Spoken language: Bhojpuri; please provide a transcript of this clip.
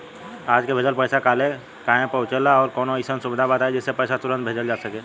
आज के भेजल पैसा कालहे काहे पहुचेला और कौनों अइसन सुविधा बताई जेसे तुरंते पैसा भेजल जा सके?